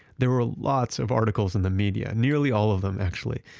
there were lots of articles in the media, nearly all of them actually,